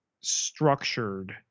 structured